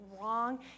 wrong